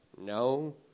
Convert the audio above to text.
No